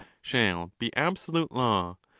shall be absolute law,